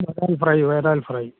വരാൽ ഫ്രൈ വരാൽ ഫ്രൈ